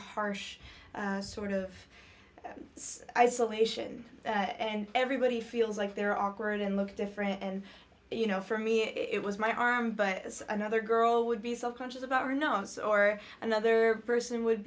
harsh sort of isolation and everybody feels like they're awkward and look different and you know for me it was my arm but as another girl would be self conscious about her notes or another person would